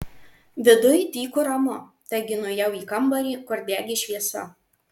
viduj tyku ramu taigi nuėjau į kambarį kur degė šviesa